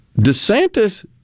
DeSantis